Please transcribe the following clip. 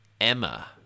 Emma